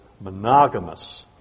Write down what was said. monogamous